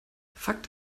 fakt